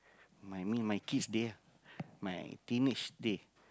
my mean my kids day ah my teenage day